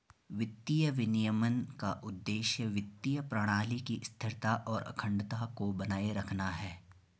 वित्तीय विनियमन का उद्देश्य वित्तीय प्रणाली की स्थिरता और अखंडता को बनाए रखना है